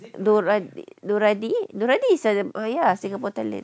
nuradi nuradi nuradi is a ah ya singapore talent